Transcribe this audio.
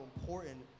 important